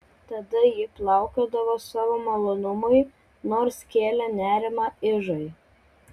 tada ji plaukiodavo savo malonumui nors kėlė nerimą ižai